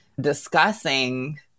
discussing